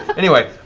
anyway.